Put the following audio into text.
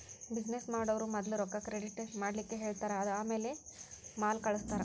business ಮಾಡೊವ್ರು ಮದ್ಲ ರೊಕ್ಕಾ ಕ್ರೆಡಿಟ್ ಮಾಡ್ಲಿಕ್ಕೆಹೆಳ್ತಾರ ಆಮ್ಯಾಲೆ ಮಾಲ್ ಕಳ್ಸ್ತಾರ